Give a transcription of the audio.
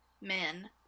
men